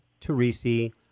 Teresi